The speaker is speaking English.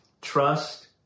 trust